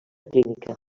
clínica